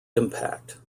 impact